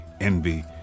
envy